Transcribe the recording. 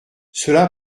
cela